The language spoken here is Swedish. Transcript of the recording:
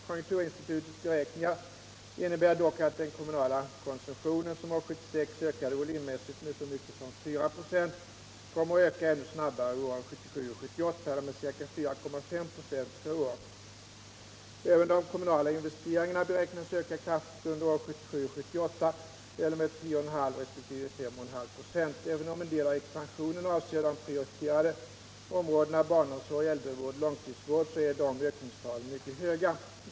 Konjunkturinstitutets beräkningar innebär dock att den kommunala konsumtionen, som år 1976 ökade volymmässigt med så mycket som 4 926, kommer att öka ännu snabbare åren 1977 och 1978, eller med ca 4,5 96 per år. Även de kommunala investeringarna beräknas öka kraftigt under åren 1977 och 1978 eller med 10,5 resp. 5,5 98. Även om en del av expansionen avser de prioriterade områdena barnomsorg, äldrevård och långtidsvård är dessa ökningstal mycket höga.